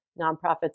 nonprofits